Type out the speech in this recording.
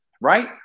right